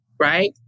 Right